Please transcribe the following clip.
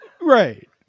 right